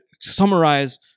summarize